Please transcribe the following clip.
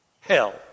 Hell